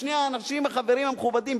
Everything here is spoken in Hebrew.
לשני החברים האנשים המכובדים,